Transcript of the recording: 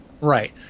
Right